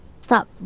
stop